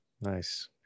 Nice